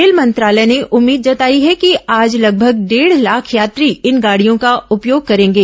rail मंत्रालय ने उम्मीद जताई है कि आज लगभग डेढ़ लाख यात्री इन गाड़ियों का उपयोग करेंगे